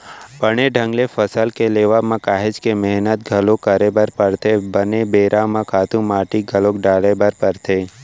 बने ढंग ले फसल के लेवब म काहेच के मेहनत घलोक करे बर परथे, बने बेरा म खातू माटी घलोक डाले बर परथे